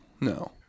no